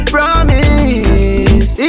Promise